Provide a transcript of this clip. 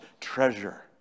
treasure